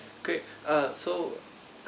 great uh so